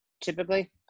typically